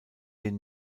den